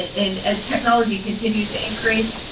and as technology continues to increase,